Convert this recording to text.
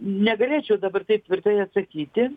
negalėčiau dabar taip tvirtai atsakyti